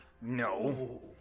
No